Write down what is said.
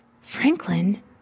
Franklin